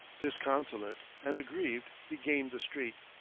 disconsolate and aggrieved, he gained the street.